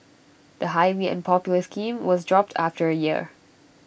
the highly unpopular scheme was dropped after A year